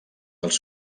dels